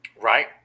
right